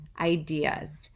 ideas